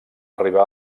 arribar